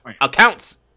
accounts